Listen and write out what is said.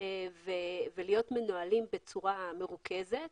ולהיות מנוהלים בצורה מרוכזת.